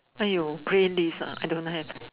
!aiyo! playlist ah I don't have